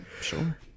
Sure